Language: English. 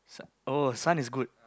oh Sun is good